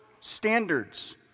standards